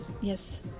Yes